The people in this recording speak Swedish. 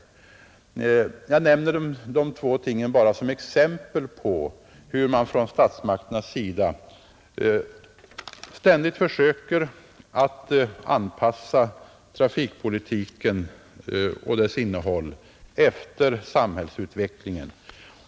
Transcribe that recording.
Jag nämner dessa två ting bara såsom exempel på hur man från statsmakternas sida ständigt försöker att anpassa trafikpolitiken och dess innehåll efter samhällsutvecklingen.